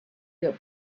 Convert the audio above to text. good